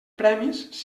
premis